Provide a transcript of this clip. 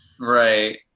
Right